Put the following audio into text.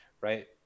right